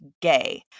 gay